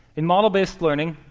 in model-based learning,